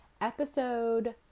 Episode